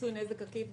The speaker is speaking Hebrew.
לפיצוי נזק עקיף,